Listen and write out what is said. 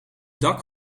dak